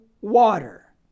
water